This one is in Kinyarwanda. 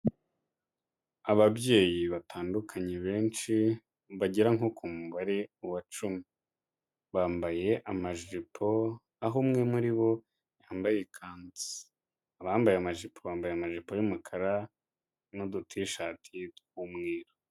Ababyeyi batandukanye benshi bagera nko ku mubare wa cumi. Bambaye amajipo aho umwe muri bo yambaye ikanzu. Abambaye amajipo bambaye amajipo y'umukara n'udutishati tw'umweru.